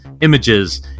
images